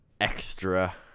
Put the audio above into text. extra